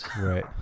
right